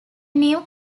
new